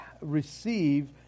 receive